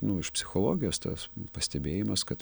nu iš psichologijos tas pastebėjimas kad